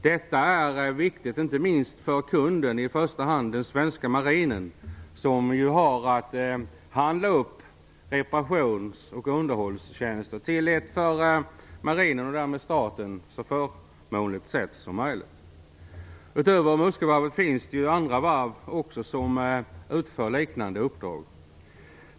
Detta är viktigt inte minst för kunden, i första hand den svenska marinen, som ju har att handla reparations och underhållstjänster till ett för marinen och därmed staten så förmånligt sätt som möjligt. Utöver Muskövarvet finns också andra varv som utför liknande uppdrag.